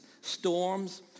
Storms